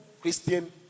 christian